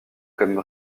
comme